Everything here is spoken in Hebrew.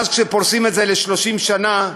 כשפורסים את זה ל-30 שנה,